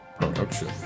production